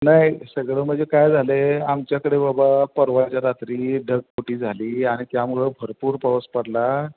नाही सगळं म्हणजे काय झालं आहे आमच्याकडे बाबा परवाच्या रात्री ढगफुटी झाली आणि त्यामुळं भरपूर पाऊस पडला